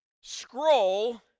scroll